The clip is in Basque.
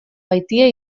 baitie